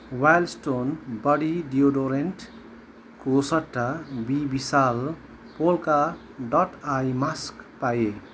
wild stone body डियोडोरेन्टको सट्टा B Vishal polka dot eye mask पाएँ